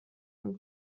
und